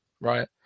right